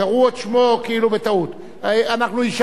אנחנו אישרנו את הצבעתך, גם אני ראיתי אותה.